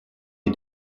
sie